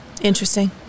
Interesting